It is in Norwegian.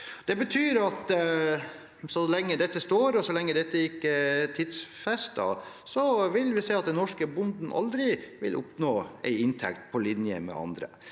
Det betyr at så lenge dette står, og så lenge dette ikke er tidfestet, vil den norske bonden aldri oppnå en inntekt på linje med andre.